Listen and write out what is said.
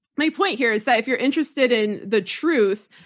my point here is that if you're interested in the truth,